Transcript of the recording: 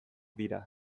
dira